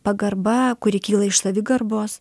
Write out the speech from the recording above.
pagarba kuri kyla iš savigarbos